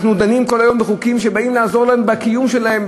אנחנו דנים כל היום בחוקים שבאים לעזור להם בקיום שלהם,